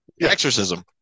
exorcism